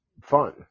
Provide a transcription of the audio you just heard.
fun